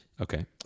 Okay